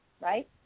right